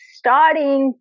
starting